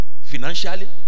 financially